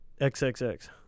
XXX